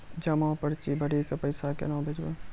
जमा पर्ची भरी के पैसा केना भेजबे?